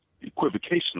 equivocation